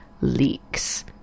leaks